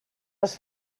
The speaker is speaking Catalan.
les